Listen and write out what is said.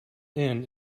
end